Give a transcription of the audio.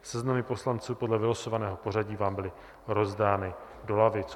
Seznamy poslanců podle vylosovaného pořadí vám byly rozdány do lavic.